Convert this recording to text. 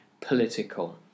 political